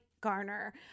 Garner